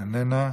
איננה,